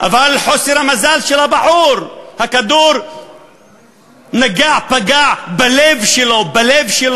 אבל חוסר המזל של הבחור, הכדור נגע, פגע, בלב שלו,